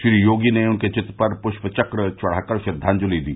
श्री योगी ने उनके चित्र पर पुष्प चक्र चढ़ा कर श्रद्वांजलि दी